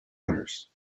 winners